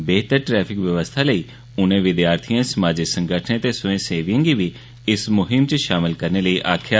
बेहतर ट्रैफिक व्यवस्था लेई उनें विद्यार्थिएं समाजी संगठने ते स्वयं सेविए गी बी इस मुहीम च शामल करने लेई आक्खेआ